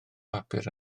papur